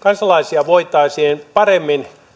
kansalaisia voitaisiin paremmin